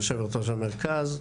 יו"ר המרכז,